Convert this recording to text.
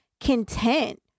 content